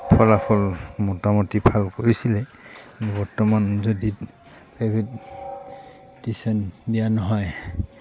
ফলাফল মোটামুটি ভাল কৰিছিলে বৰ্তমান যদি প্ৰাইভেট টিউশ্যন যদি দিয়া নহয়